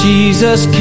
Jesus